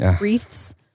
wreaths